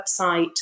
website